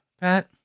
Pat